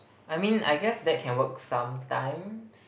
I mean I guess that can work sometimes